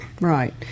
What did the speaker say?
Right